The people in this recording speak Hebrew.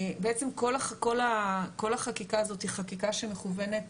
בעצם כל החקיקה הזאת היא חקיקה שמכוונת